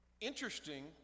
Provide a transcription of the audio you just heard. interesting